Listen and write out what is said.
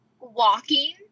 walking